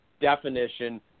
definition